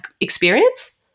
experience